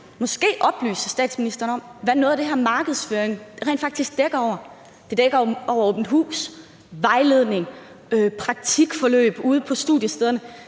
måske oplyse statsministeren om, hvad noget af det her markedsføring rent faktisk dækker over. Det dækker over åbent hus, vejledning, praktikforløb ude på studiestederne.